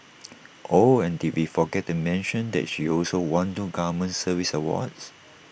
oh and did we forget to mention that she also won two government service awards